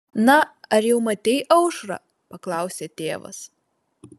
na ar jau matei aušrą paklausė tėvas